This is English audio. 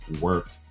work